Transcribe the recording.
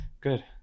Good